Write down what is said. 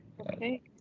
Okay